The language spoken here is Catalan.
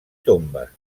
tombes